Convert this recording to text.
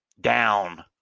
Down